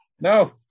No